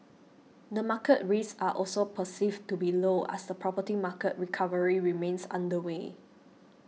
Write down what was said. the market risks are also perceived to be low as the property market recovery remains underway